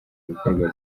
ibikorwa